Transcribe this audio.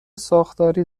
ساختاری